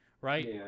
right